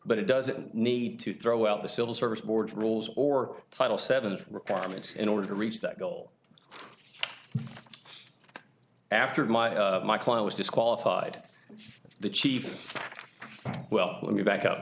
but it doesn't need to throw out the civil service board rules or title seven requirements in order to reach that goal after my client was disqualified the chief well let me back up